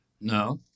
No